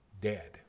dead